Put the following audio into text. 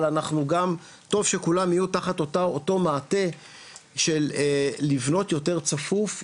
אבל טוב שכולם יהיו תחת אותו מעטה של לבנות יותר צפוף,